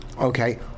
Okay